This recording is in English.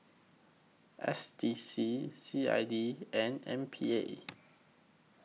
S D C C I D and M P A